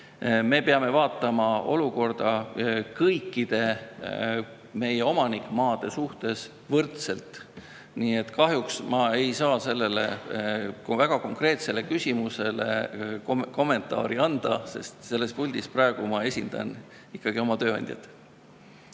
me peame vaatama olukorda kõikide meie omanikmaade suhtes võrdselt. Nii et kahjuks ma ei saa selle väga konkreetse küsimuse kohta kommentaari anda, sest selles puldis praegu esindan ma ikkagi oma tööandjat.